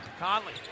Conley